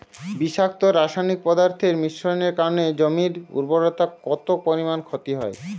বিষাক্ত রাসায়নিক পদার্থের মিশ্রণের কারণে জমির উর্বরতা কত পরিমাণ ক্ষতি হয়?